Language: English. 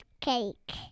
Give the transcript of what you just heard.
cake